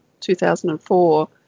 2004